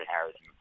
Harrison